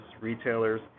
retailers